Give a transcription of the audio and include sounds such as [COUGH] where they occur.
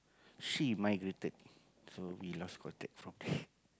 she migrated so we lost contact from [BREATH]